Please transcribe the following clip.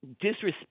disrespect